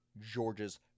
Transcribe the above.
Georges